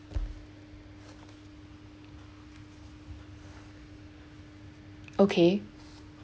okay